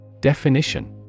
Definition